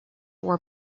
were